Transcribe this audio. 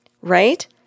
Right